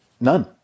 None